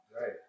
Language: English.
Right